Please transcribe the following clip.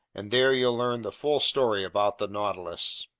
and there you'll learn the full story about the nautilus!